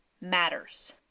matters